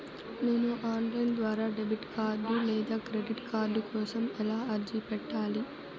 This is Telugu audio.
నేను ఆన్ లైను ద్వారా డెబిట్ కార్డు లేదా క్రెడిట్ కార్డు కోసం ఎలా అర్జీ పెట్టాలి?